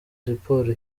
siporo